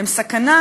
והם סכנה,